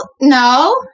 no